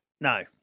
no